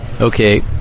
Okay